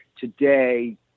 today